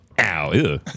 Ow